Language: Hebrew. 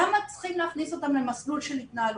למה צריכים להכניס אותם למסלול של התנהלות?